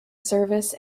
service